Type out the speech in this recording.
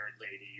lady